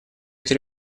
эти